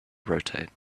rotate